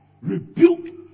rebuke